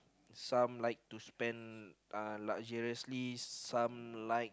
some like to spend uh luxuriously some like